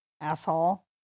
Asshole